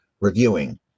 reviewing